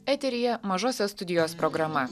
eteryje mažosios studijos programa